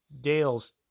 Dales